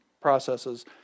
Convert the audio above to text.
processes